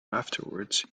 afterwards